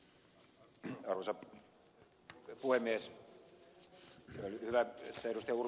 oli hyvä että ed